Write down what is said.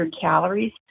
calories